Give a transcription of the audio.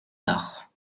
arts